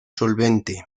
solvente